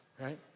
right